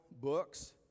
books